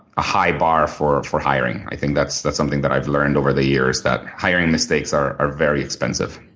a high bar for for hiring. i think that's that's something that i've learned over the years that hiring mistakes are are very expensive.